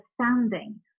understanding